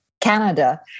Canada